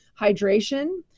hydration